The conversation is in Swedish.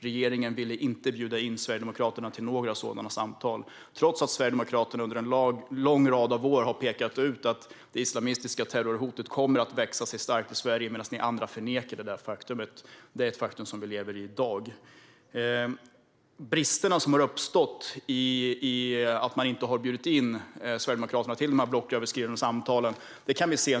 Regeringen ville inte bjuda in Sverigedemokraterna till några sådana samtal, trots att Sverigedemokraterna under en lång rad år har pekat på att det islamistiska terrorhotet kommer att växa sig starkt i Sverige medan ni andra förnekade det. Detta är ett faktum i dag. Bristerna som har uppstått i och med att man inte har bjudit in Sverigedemokraterna till dessa blocköverskridande samtal kan vi nu se.